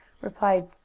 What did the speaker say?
replied